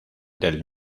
del